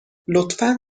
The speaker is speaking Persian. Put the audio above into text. لطفا